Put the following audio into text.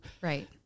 Right